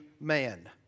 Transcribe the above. man